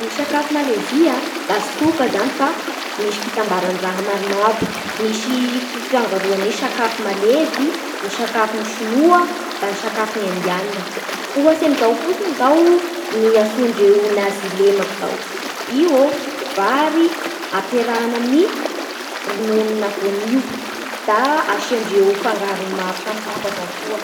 Ny sakafo malezia da tsy toka zany fa misy raha fitambaran'ny raha maromaro. Misy f- fiangaroan'ny sakafo malezy, ny sakafon'ny Sinoa, da ny sakafon'ny Indianina. Ohatsy amin'izao fotsiny izao ny antsoindreo nazilemaky izao. Iô vary ampiarahana amin'ny rononona voanio da asiandreo fangarony maro samihafa avao koa.